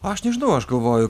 aš nežinau aš galvoju